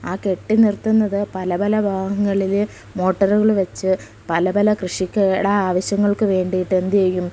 ആ കെട്ടിനിർത്തുന്നത് പല പല ഭാഗങ്ങളിൽ മോട്ടറുകൾ വച്ച് പല പല കൃഷിയ്ക്ക് ഇട ആവശ്യങ്ങൾക്ക് വേണ്ടിയിട്ട് എന്തുചെയ്യും